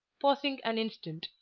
pausing an instant,